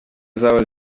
zabo